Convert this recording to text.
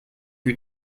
you